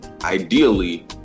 ideally